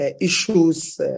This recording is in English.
issues